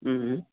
ह्म्